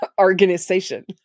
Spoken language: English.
organization